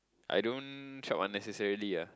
I don't shop unnecessarily ah